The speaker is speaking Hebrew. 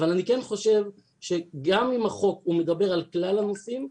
אבל אני כן חושב שגם אם החוק מדבר על כלל הנושאים,